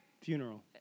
Funeral